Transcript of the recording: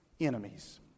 enemies